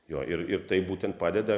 jo ir ir tai būtent padeda